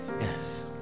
Yes